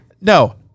No